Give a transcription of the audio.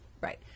right